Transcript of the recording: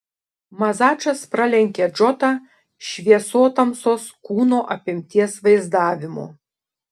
mazačas pralenkė džotą šviesotamsos kūno apimties vaizdavimu